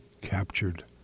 captured